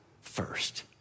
first